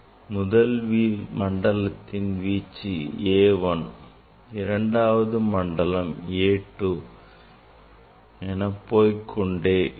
முதல் மண்டலத்தின் வீச்சு A1 இரண்டாவது மண்டலம் A2 என போய்க்கொண்டே இருக்கும்